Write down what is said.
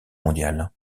mondiale